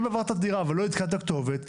אם עברת דירה ולא עדכנת כתובת,